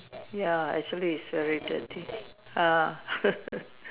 ya actually it's very dirty ah